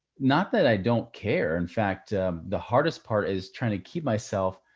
not that i don't care. in fact the hardest part is trying to keep myself,